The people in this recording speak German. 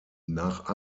nach